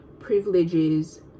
privileges